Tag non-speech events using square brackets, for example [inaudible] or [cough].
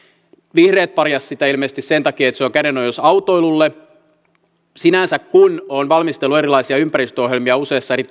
vihreät parjasivat sitä ilmeisesti sen takia että se on kädenojennus autoilulle sinänsä kun olen valmistellut erilaisia ympäristöohjelmia useissa eri [unintelligible]